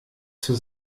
zur